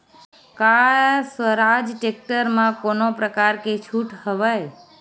का स्वराज टेक्टर म कोनो प्रकार के छूट हवय?